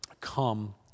come